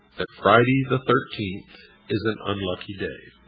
that friday the thirteenth is an unlucky day.